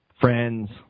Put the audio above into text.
Friends